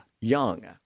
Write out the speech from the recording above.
young